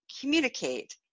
communicate